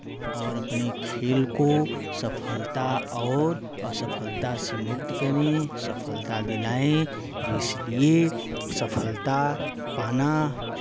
और अपने खेल को सफलता और असफलता से मुक्त करें सफलता दिलाएं इसलिए सफलता पाना